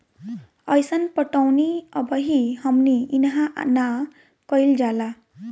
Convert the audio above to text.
अइसन पटौनी अबही हमनी इन्हा ना कइल जाला